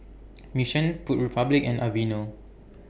Mission Food Republic and Aveeno